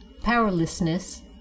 powerlessness